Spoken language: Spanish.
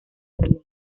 berlín